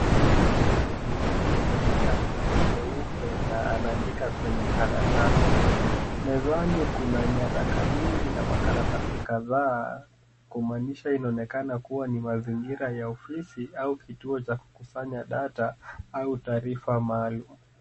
Mtu huyu amevalia koti jeupe na anaandika kwenye karatasi , mezani kuna nyaraka nyingi na karatasi kadhaa kumaanisha inaonekana kuwa mazingira ya ofisi au kituo cha kukusanya data au taarifa maalum.